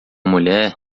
mulher